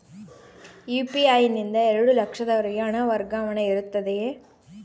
UPI ನಿಂದ ಎರಡು ಲಕ್ಷದವರೆಗೂ ಹಣ ವರ್ಗಾವಣೆ ಇರುತ್ತದೆಯೇ?